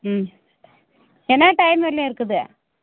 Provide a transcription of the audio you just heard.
ம் என்ன டைம் வரைலயும் இருக்குது